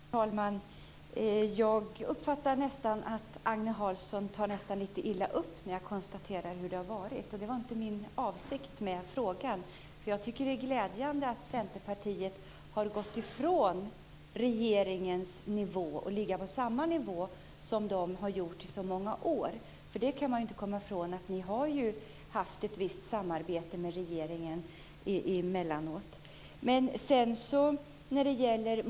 Fru talman! Jag uppfattar nästan att Agne Hansson tar lite illa upp när jag konstaterar hur det har varit. Det var inte min avsikt med frågan. Jag tycker att det är glädjande att Centerpartiet har gått ifrån regeringens nivå. Centerpartiet har i så många år legat på samma nivå. Man kan inte komma ifrån att ni har haft ett visst samarbete med regeringen emellanåt.